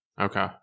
okay